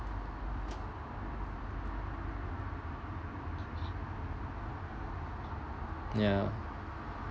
ya